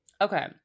Okay